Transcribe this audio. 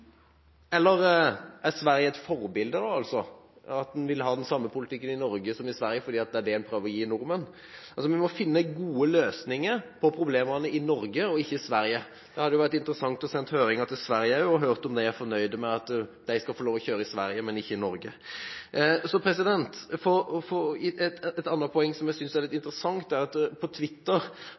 Er Sverige et forbilde? Vil man ha den samme politikken i Norge som i Sverige, fordi det er det man prøver å gi nordmennene? Vi må finne gode løsninger på problemene i Norge – ikke i Sverige. Det hadde vært interessant å sende høringen til Sverige og høre om de er fornøyd med at man skal få lov til å kjøre i Sverige, men ikke i Norge. Et annet poeng, som jeg synes er litt interessant, er at Irene Lange Nordahl fra Senterpartiet – hun var en av dem som satt på